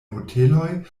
hoteloj